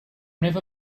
never